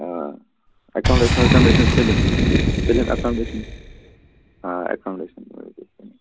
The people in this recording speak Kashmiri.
آ ایکامڈیٚشن وٮ۪کامڈیٚشن سٲلِم سٲلِم اٮ۪کامڈیٚشن آ اٮ۪کامڈیٚشن